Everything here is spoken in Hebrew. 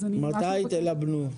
מתי תלבנו?